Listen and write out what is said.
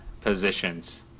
positions